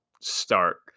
start